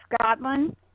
Scotland